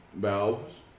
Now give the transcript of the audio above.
Valve's